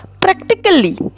practically